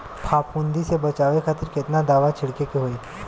फाफूंदी से बचाव खातिर केतना दावा छीड़के के होई?